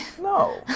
No